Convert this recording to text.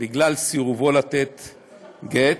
בגלל סירובו לתת גט,